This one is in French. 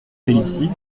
félicie